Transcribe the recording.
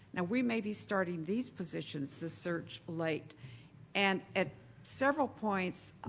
now we may be starting these positions, this search late and at several points,